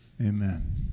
Amen